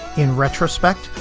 in retrospect,